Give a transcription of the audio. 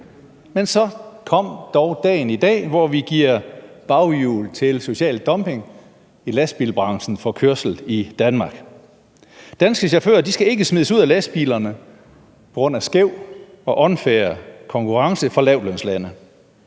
Men så kom dog dagen i dag, hvor vi giver baghjul til social dumping i lastbilbranchen for kørsel i Danmark. Danske chauffører skal ikke smides ud af lastbilerne på grund af skæv og unfair konkurrence fra lavtlønslande.